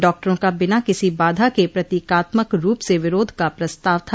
डॉक्टरो का बिना किसी बाधा के प्रतीकात्मक रूप से विरोध का प्रस्ताव था